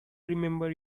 remember